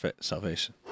salvation